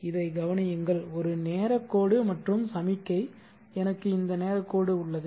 இதைக் கவனியுங்கள் ஒரு நேரக் கோடு மற்றும் சமிக்ஞை எனக்கு இந்த நேரக் கோடு உள்ளது